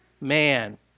man